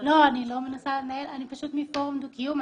אני מפורום דו-קיום.